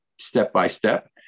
step-by-step